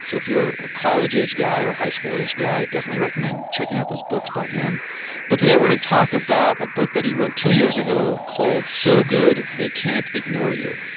if you are a college-age guy or a high school-age guy i definitely recommend checking out those books by him but today, we are going to talk about a book that he wrote two years ago called so good they can't ignore you.